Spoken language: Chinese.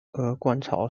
鹅观草